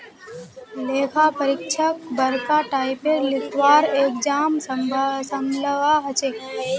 लेखा परीक्षकक बरका टाइपेर लिखवार एग्जाम संभलवा हछेक